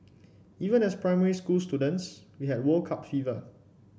even as primary school students we had World Cup fever